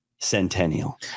Centennial